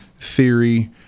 theory